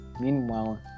meanwhile